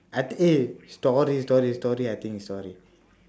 I think eh story story story I think it's story